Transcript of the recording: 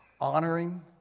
honoring